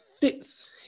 fits